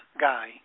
guy